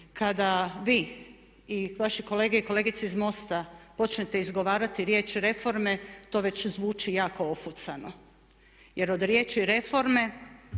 kada vi i vaši kolege i kolegice iz MOST-a počnete izgovarati riječ reforme to već zvuči jako ofucano. Jer od riječi reforme